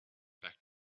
back